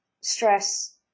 stress